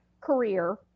career